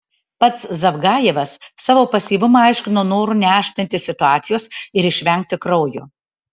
pats zavgajevas savo pasyvumą aiškino noru neaštrinti situacijos ir išvengti kraujo